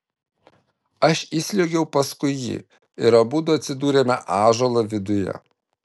aš įsliuogiau paskui jį ir abudu atsidūrėme ąžuolo viduje